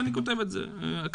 ואני לא רוצה לנקוב בשמות,